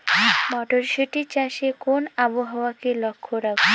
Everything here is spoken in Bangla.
মটরশুটি চাষে কোন আবহাওয়াকে লক্ষ্য রাখবো?